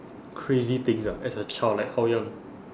crazy things ah as a child like how young